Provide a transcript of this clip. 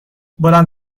بلند